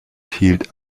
hielt